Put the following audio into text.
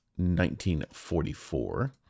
1944